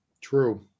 true